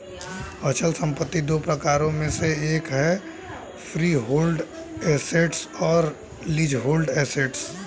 अचल संपत्ति दो प्रकारों में से एक है फ्रीहोल्ड एसेट्स और लीजहोल्ड एसेट्स